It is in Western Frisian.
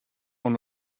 oan